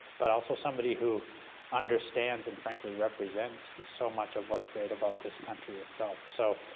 but also somebody who understands and, frankly, represents so much of what's great about this country itself so